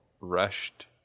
rushed